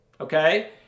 Okay